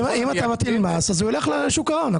אם אתה מטיל מס הוא ילך לשוק ההון.